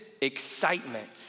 excitement